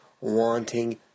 wanting